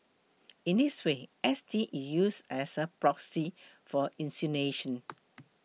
in this way S T is used as a proxy for insinuation